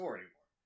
anymore